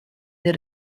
del